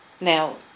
Now